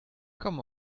come